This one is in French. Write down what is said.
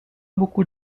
beaucoup